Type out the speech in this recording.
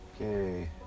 Okay